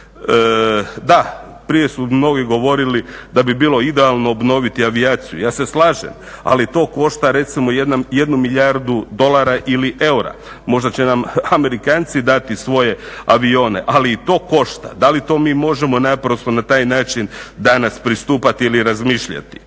Da, prije su mnogi govorili da bi bilo idealno obnoviti avijaciju, ja se slažem, ali to košta recimo 1 milijardu dolara ili eura. Možda će nam Amerikanci dati svoje avione, ali i to košta. Da li to mi možemo naprosto na taj način danas pristupati ili razmišljati.